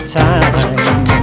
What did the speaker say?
time